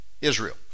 Israel